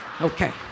Okay